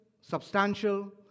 substantial